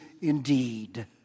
Indeed